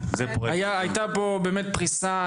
הייתה פה פריסה.